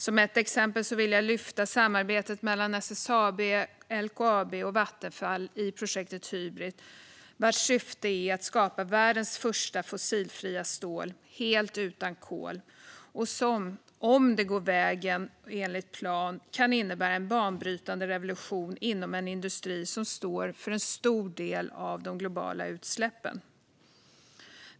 Som ett exempel vill jag lyfta samarbetet mellan SSAB, LKAB och Vattenfall i projektet Hybrit, vars syfte är att skapa världens första fossilfria stål - helt utan kol - och som, om det går enligt plan, kan innebära en banbrytande revolution inom en industri som står för en stor del av de globala utsläppen.